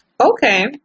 Okay